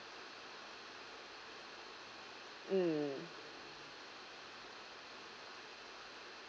mm